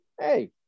Hey